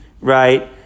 right